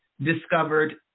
discovered